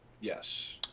yes